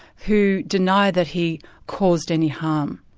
who deny that he caused any harm.